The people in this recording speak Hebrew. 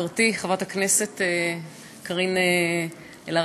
חברתי חברת הכנסת קארין אלהרר,